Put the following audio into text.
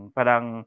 Parang